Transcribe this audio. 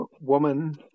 woman